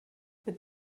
mit